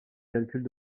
calcule